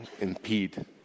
impede